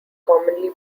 commonly